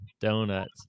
donuts